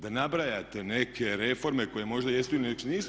Da nabrajate neke reforme koje možda jesu ili nisu?